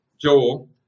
Joel